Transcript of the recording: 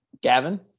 Gavin